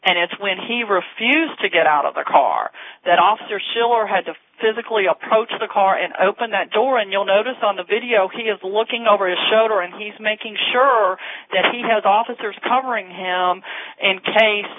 and it's when he refused to get out of the car that officer siller had to physically approach the car and open that door and you'll notice on the video he is looking over his shoulder and he's making sure that he has officers covering him and case